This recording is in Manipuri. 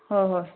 ꯍꯣ ꯍꯣꯏ